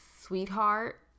sweetheart